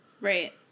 Right